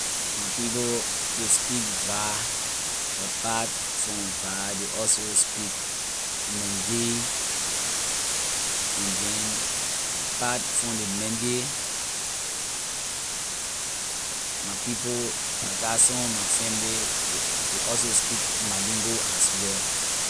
My people ley speak vai apart from vai they also speak mande and then apart from ley mande my people I got some of my family ley ley also speak mandingo as well.